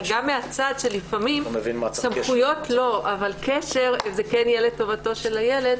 גם מהצד שלפעמים סמכויות לא אבל קשר כן יהיה לטובתו של הילד,